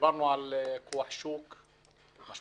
כשדיברנו על כוח שוק משמעותי,